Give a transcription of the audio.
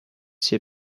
see